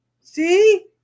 see